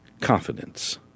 confidence